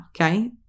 Okay